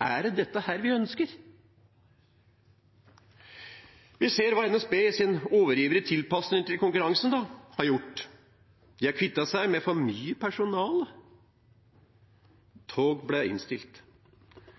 Er det dette vi ønsker? Vi ser hva NSB i sin overivrige tilpassing til konkurranse har gjort. De har kvittet seg med for mye personale. Tog ble innstilt.